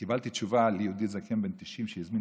קיבלתי תשובה על יהודי זקן בן 90 שהזמין